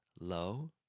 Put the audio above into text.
Low